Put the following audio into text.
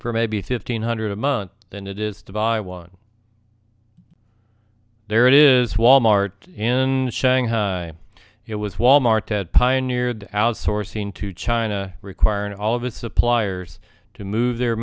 for maybe fifteen hundred a month than it is to buy one there it is walmart and shanghai it was wal mart at pioneered outsourcing to china requiring all of its suppliers to move the